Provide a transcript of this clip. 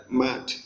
mad